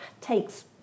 takes